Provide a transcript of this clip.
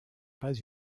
pas